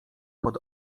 pod